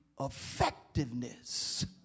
effectiveness